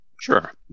Sure